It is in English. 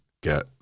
get